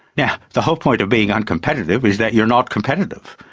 yeah the whole point of being uncompetitive is that you're not competitive,